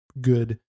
good